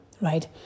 right